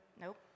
Nope